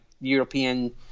European